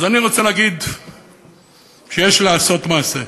אז אני רוצה להגיד שיש לעשות מעשה,